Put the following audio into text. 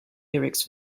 lyrics